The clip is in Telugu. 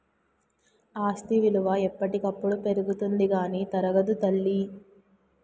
ఆస్తి విలువ ఎప్పటికప్పుడు పెరుగుతుంది కానీ తరగదు తల్లీ